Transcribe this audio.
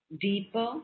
deeper